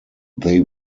they